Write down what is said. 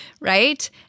right